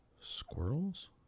Squirrels